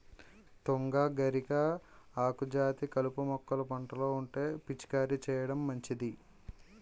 తుంగ, గరిక, ఆకుజాతి కలుపు మొక్కలు పంటలో ఉంటే పిచికారీ చేయడం మంచిది